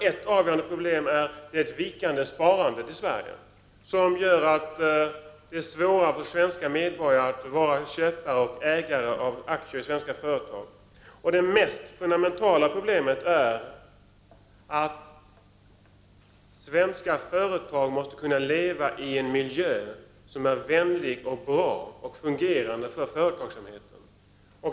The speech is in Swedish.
Ett avgörande problem är det vikande sparandet i Sverige, som gör det svårare för svenska medborgare att vara köpare och ägare av aktier i svenska företag. Det mest fundamentala problemet är att svenska företag måste kunna leva i en miljö som är vänlig, bra och fungerande för företagsamheten.